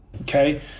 Okay